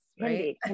right